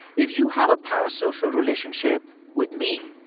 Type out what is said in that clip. if you have a parasocial relationship with me,